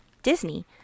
disney